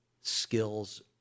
skills